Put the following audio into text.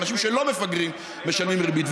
אנשים שלא מפגרים משלמים ריבית.